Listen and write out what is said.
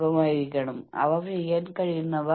തീർച്ചയായും ഉത്പാദനക്ഷമത കുറയുന്നു